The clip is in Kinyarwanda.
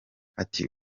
ati